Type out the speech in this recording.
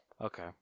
okay